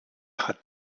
hat